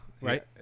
Right